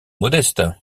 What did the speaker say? modeste